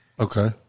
Okay